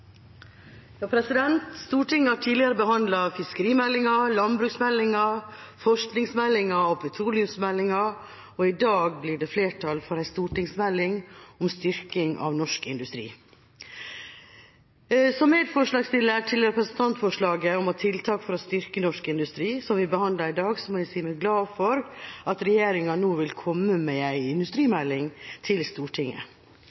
Stortinget har tidligere behandlet fiskerimeldinga, landbruksmeldinga, forskingsmeldinga og petroleumsmeldinga, og i dag blir det flertall for en stortingsmelding om styrking av norsk industri. Som medforslagsstiller til representantforslaget om tiltak for å styrke norsk industri, som vi behandler i dag, må jeg si meg glad for at regjeringa nå vil komme med en industrimelding til Stortinget.